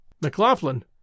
McLaughlin